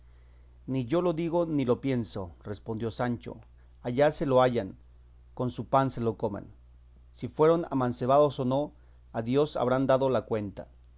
ni yo lo digo ni lo pienso respondió sancho allá se lo hayan con su pan se lo coman si fueron amancebados o no a dios habrán dado la cuenta